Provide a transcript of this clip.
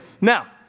Now